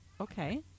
Okay